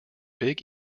big